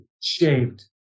Shaved